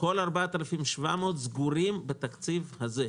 כל ה-4,700 סגורים בתקציב הזה,